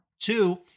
Two